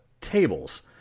tables